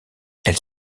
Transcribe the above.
elle